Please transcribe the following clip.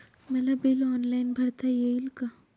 मला bill online भरता येईल का?